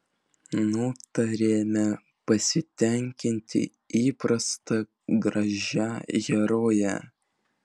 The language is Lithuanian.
nutarėme pasitenkinti įprasta gražia heroje